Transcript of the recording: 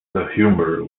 humber